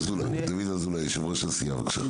חבר הכנסת מישרקי, בבקשה.